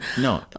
No